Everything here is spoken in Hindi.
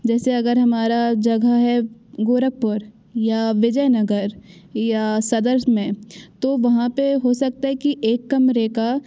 जैसे अगर हमारा जगह है गोरखपुर या विजयनगर या सदर में तो वहाँ पे हो सकता कि एक कमरे का